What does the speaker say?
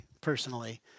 personally